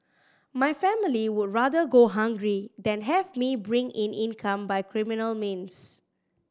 my family would rather go hungry than have me bring in income by criminal means